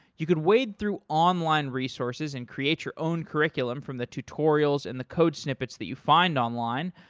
you could wade through online resources and create your own curriculum from the tutorials and the code snippets that you find online,